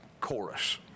chorus